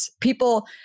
people